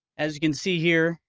as you can see here,